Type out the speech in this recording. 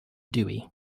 dewey